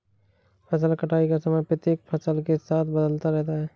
फसल कटाई का समय प्रत्येक फसल के साथ बदलता रहता है